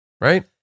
right